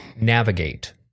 navigate